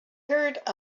heard